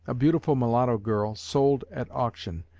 a beautiful mulatto girl, sold at auction.